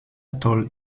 atoll